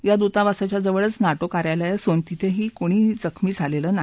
या दूतावासाच्या जवळच नाटो कार्यालय असून तिथही कोणी जखमी झालं नाही